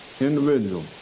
individual